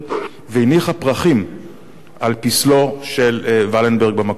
והניחה פרחים על פסלו של ולנברג במקום.